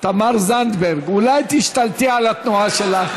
תמר זנדברג, אולי תשתלטי על התנועה שלך?